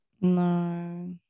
no